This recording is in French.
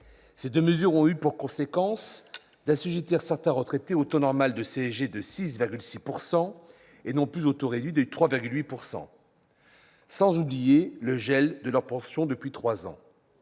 ces deux mesures ayant eu pour conséquence d'assujettir certains retraités au taux normal de CSG de 6,6 % et non plus au taux réduit de 3,8 %-, sans oublier le gel de leurs pensions depuis trois ans.